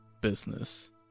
business